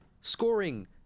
Scoring